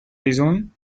reason